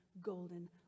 golden